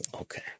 Okay